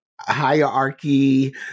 hierarchy